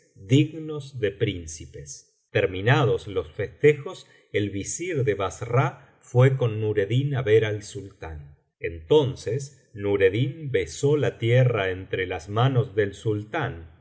dignos de príncipes terminados los festejos el visir de bassra fué con nureddin á ver al sultán entonces nureddin besó la tierra entre las manos del sultán